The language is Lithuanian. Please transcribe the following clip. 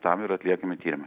tam yra atliekami tyrimai